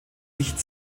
nicht